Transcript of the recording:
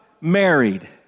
Married